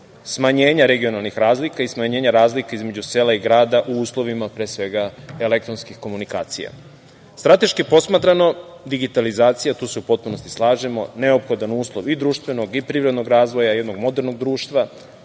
smanjenja regionalnih razlika i smanjenja razlika između sela i grada u uslovima pre svega elektronskih komunikacija. Strateški posmatrano digitalizacija, tu se u potpunosti slažemo, je neophodan uslov i društvenog i privrednog razvoja jednog modernog društva,